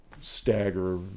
stagger